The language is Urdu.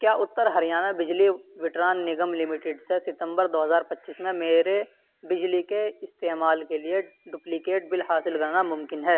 کیا اتر ہریانہ بجلی وترن نگم لمیٹڈ سے ستمبر دو ہزار پچیس میں میرے بجلی کے استعمال کے لیے ڈپلیکیٹ بل حاصل کرنا ممکن ہے